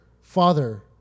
Father